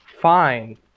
Fine